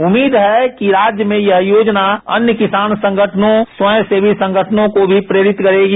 उम्मीद है कि राज्य में यह योजना अन्य किसान संगठनों स्वयं सेवी संगठनों को भी प्रेरित करेगी